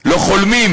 לא חולמים